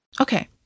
Okay